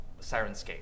sirenscape